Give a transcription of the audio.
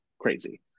crazy